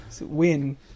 win